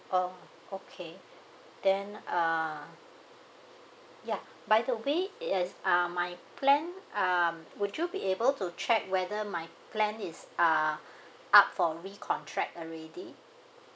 oh okay then uh ya by the way is uh my plan um would you be able to check whether my plan is uh up for recontract already